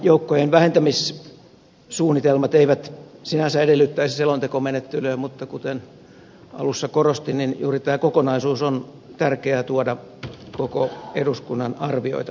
nämä joukkojen vähentämissuunnitelmat eivät sinänsä edellyttäisi selontekomenettelyä mutta kuten alussa korostin juuri tämä kokonaisuus on tärkeää tuoda koko eduskunnan arvioitavaksi